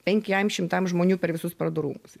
penkiem šimtam žmonių per visus parodų rūmus